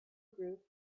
group